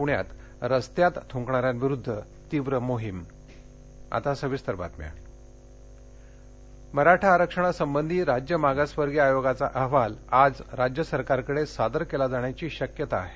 पुण्यात रस्त्यात थुंकणाऱ्यांविरुद्ध तीव्र मोहीम आरक्षण मराठा आरक्षणासंबंधी राज्य मागासवर्गीय आयोगाचा अहवाल आज राज्य सरकारकडे सादर केला जाण्याची शक्यता आहे